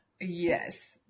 yes